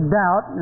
doubt